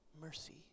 mercy